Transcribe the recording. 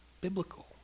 biblical